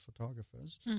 photographers